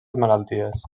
malalties